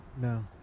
No